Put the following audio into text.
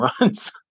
runs